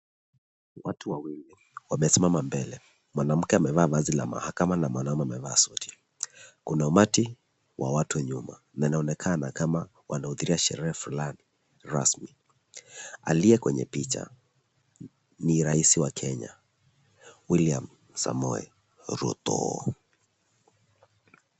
Watu wawili wamesimama mbele. Mwanamke amevaa vazi la mahakama na mwanaume amevaa suti. Kuna umati wa watu nyuma na inaonekana kama wanahudhuria sherehe fulani rasmi. Aliye kwenye picha ni rais wa Kenya , Wiiliam Samoei Ruto.